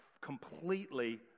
completely